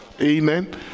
Amen